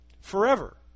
Forever